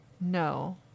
No